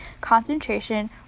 concentration